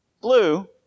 blue